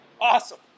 Awesome